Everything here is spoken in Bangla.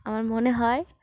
আমার মনে হয়